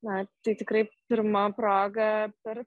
na tai tikrai pirma proga per